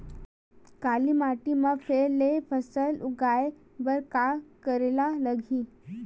काली माटी म फेर ले फसल उगाए बर का करेला लगही?